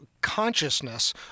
consciousness